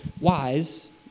wise